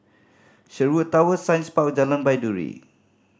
Sherwood Towers Science Park Jalan Baiduri